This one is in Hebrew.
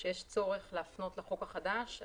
שיש צורך להפנות לחוק החדש,